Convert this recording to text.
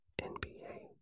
NBA